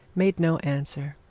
made no answer